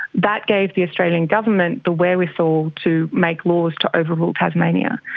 that gave the australian government the wherewithal to make laws to overrule tasmania.